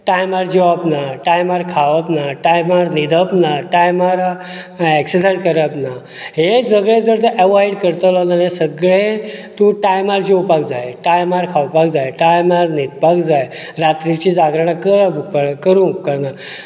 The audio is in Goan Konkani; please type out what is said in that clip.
टायमार जेवप ना टायमार खावप ना टायमार न्हिदप ना टायमार एक्ससाइज करप ना हे सगळें जर तर एवॉइड करता जाल्यार सगळे तूं टायमार जेवपाक जाय टायमार खावपाक जाय टायमार न्हिदपाक जाय रात्रीची जागरणां करूंक उपकारना